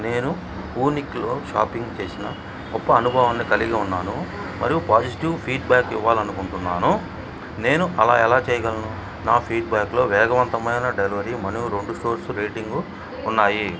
నేను వూనిక్లో షాపింగ్ చేసిన గొప్ప అనుభవాన్ని కలిగి ఉన్నాను మరియు పాజిటివ్ ఫీడ్బ్యాక్ ఇవ్వాలనుకుంటున్నాను నేను అలా ఎలా చేయగలను నా ఫీడ్బ్యాక్లో వేగవంతమైన డెలివరీ మరియు రెండు స్టోర్స్ రేటింగు ఉన్నాయి